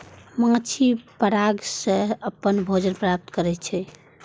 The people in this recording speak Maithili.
माछी पराग सं अपन भोजन प्राप्त करै छै